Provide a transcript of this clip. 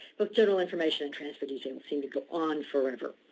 both general information and transfer detail seem to go on forever.